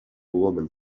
woman